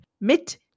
Mit